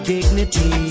Dignity